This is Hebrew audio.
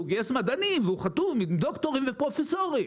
שהוא גייס מדענים והוא חתום עם דוקטורים ופרופסורים,